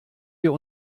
wir